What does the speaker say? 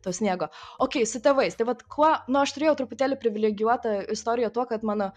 to sniego okei su tėvais tai vat kuo nu aš turėjau truputėlį privilegijuotą istoriją tuo kad mano